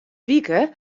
wike